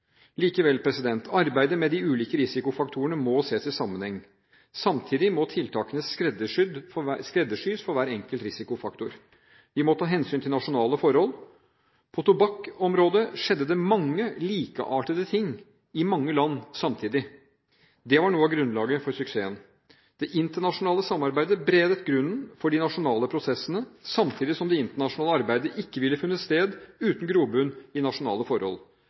Likevel, arbeidet med de ulike risikofaktorene må ses i sammenheng. Samtidig må tiltakene skreddersys for hver enkelt risikofaktor. Vi må ta hensyn til nasjonale forhold. På tobakksområdet skjedde det mange likeartede ting i mange land samtidig. Det var noe av grunnlaget for suksessen. Det internasjonale samarbeidet beredte grunnen for de nasjonale prosessene, samtidig som det internasjonale arbeidet ikke ville funnet sted uten grobunn i nasjonale forhold.